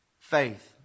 faith